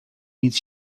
nic